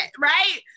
right